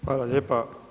Hvala lijepa.